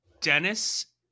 Dennis